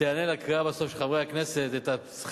תיענה בסוף לקריאה של חברי הכנסת להחזיר